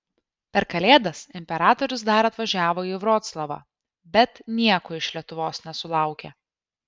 per kalėdas imperatorius dar atvažiavo į vroclavą bet nieko iš lietuvos nesulaukė